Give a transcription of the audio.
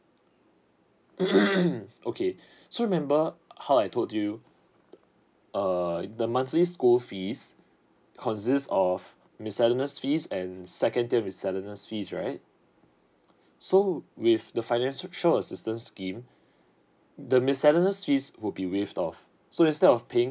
okay so remember how I told you err the monthly school fees consist of miscellaneous fees and secondary tier miscellaneous fees right so with the financial assistance scheme the miscellaneous fees would be waived off so instead of paying